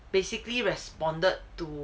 basically responded to